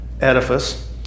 edifice